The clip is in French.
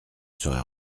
serai